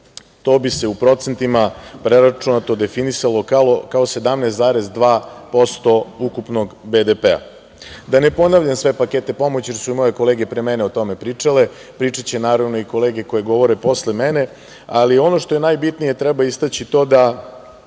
To bi se u procentima preračunato definisalo kao 17,3% ukupnog BDP.Da ne ponavljam sve pakete pomoći, jer su moje kolege pre mene o tome pričale, pričaće naravno i kolege koje govore posle mene, ali ono što je najbitnije, treba istaći to da